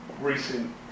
recent